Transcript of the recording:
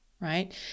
right